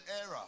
era